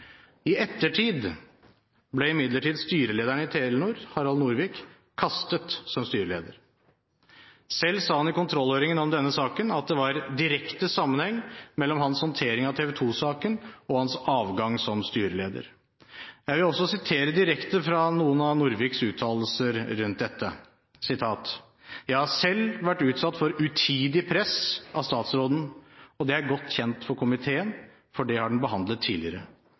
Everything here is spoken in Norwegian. I ettertid ble imidlertid styrelederen i Telenor, Harald Norvik, kastet som styreleder. Selv sa han i kontrollhøringen om denne saken at det var «direkte sammenheng» mellom hans håndtering av TV 2-saken og hans avgang som styreleder. Jeg vil også sitere direkte fra noen av Norviks uttalelser rundt dette: «Jeg har selv vært utsatt for utidig press av statsråden, og det er godt kjent for komiteen, for det har den behandlet tidligere.